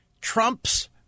Trump's